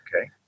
okay